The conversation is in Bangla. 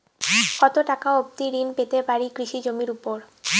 কত টাকা অবধি ঋণ পেতে পারি কৃষি জমির উপর?